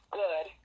good